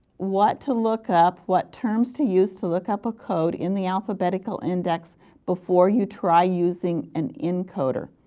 what to look up, what terms to use to look up a code in the alphabetical index before you try using an encoder.